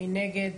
מי נגד?